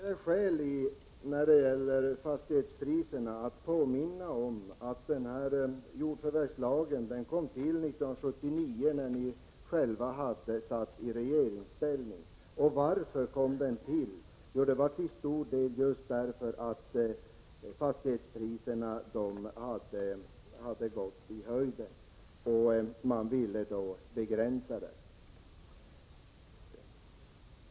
Fru talman! När det gäller fastighetspriserna finns det skäl att påminna om att jordförvärvslagen kom till 1979, när ni moderater själva satt i regeringsställning. Varför kom den lagen till? Jo, det var till stor del just därför att fastighetspriserna hade ökat och att man ville begränsa dem.